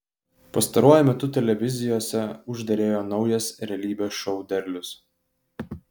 pastaruoju metu televizijose užderėjo naujas realybės šou derlius